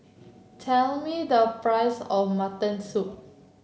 tell me the price of Mutton Soup